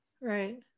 Right